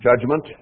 judgment